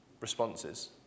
responses